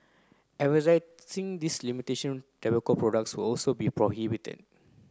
these imitation tobacco products will also be prohibited